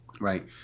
right